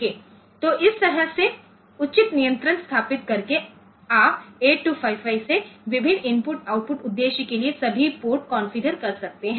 तो इस तरह से उचित नियंत्रण स्थापित करके आप 8255 से विभिन्न इनपुट आउटपुट उद्देश्य के लिए सभी पोर्ट कॉन्फ़िगर कर सकते हैं